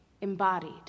embodied